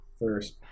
first